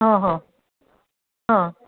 हां हां हां